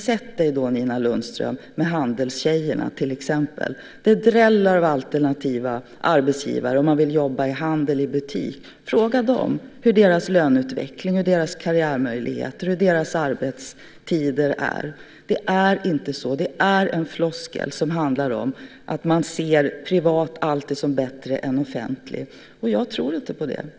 Sätt dig då, Nina Lundström, med exempelvis Handelstjejerna! Det dräller av alternativa arbetsgivare om man vill jobba i handel, i butik. Fråga dem hur deras löneutveckling, deras karriärmöjligheter och deras arbetstider är! Det är inte så. Det är en floskel som handlar om att alltid se privat som bättre än offentligt. Jag tror inte på det.